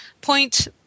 point